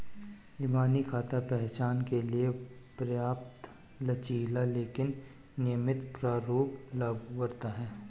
इबानी खाता पहचान के लिए पर्याप्त लचीला लेकिन नियमित प्रारूप लागू करता है